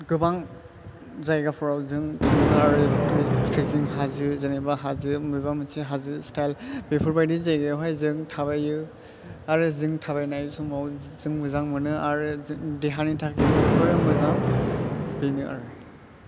गोबां जायगाफ्राव जों थाङो आरो ट्रेकिं हाजो जेनोबा हाजो बबेबा मोनसे हाजो स्थाइल बेफोरबादि जायगायावहाय जों थाबायो आरो जों थाबायनाय समाव जों मोजां मोनो आरो देहानि थाखायबो बेफोरो मोजां बेनाे आरो